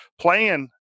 playing